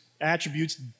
attributes